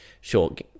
short